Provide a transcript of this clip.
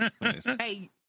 Hey